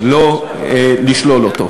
לא לשלול אותו.